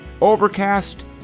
Overcast